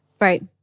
Right